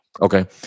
Okay